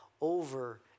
over